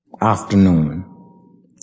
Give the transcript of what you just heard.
Afternoon